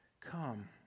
come